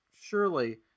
Surely